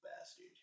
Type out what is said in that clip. bastard